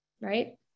Right